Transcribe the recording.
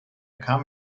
kam